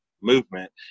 movement